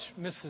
Mrs